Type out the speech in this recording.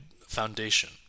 foundation